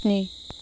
स्नि